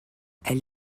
elle